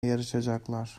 yarışacaklar